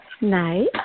Nice